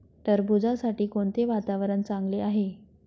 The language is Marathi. टरबूजासाठी कोणते वातावरण चांगले आहे?